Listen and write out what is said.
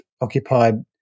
occupied